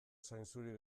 zainzuri